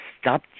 Stop